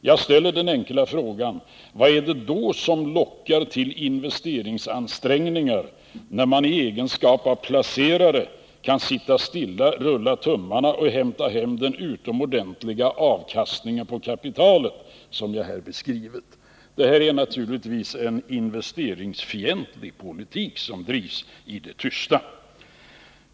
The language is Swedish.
Jag ställer den enkla frågan: Vad är det då som lockar till investeringsansträngningar, när man i egenskap av placerare kan sitta stilla, rulla tummarna och hämta hem den utomordentliga avkastning på kapitalet som jag här beskrivit? Detta är naturligtvis en investeringsfientlig politik som drivs i det tysta.